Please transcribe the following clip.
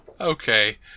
Okay